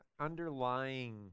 underlying